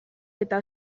eta